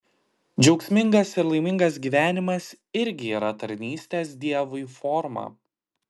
džiaugsmingas ir laimingas gyvenimas irgi yra tarnystės dievui forma